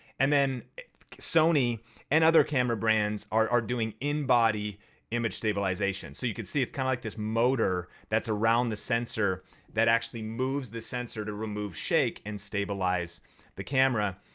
and then sony and other camera brands are doing in-body image stabilization. so you can see it's kind of like this motor that's around the sensor that actually moves the sensor to remove shake and stabilize the camera.